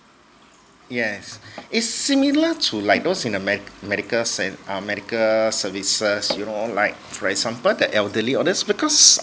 yes it's similar to like those in the med~ medical cen~ um medical services you know like for example the elderly all this because